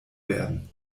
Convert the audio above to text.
werden